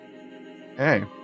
Hey